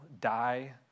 die